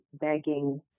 begging